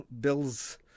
Bill's